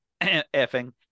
effing